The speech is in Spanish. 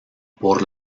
por